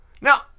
Now